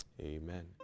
Amen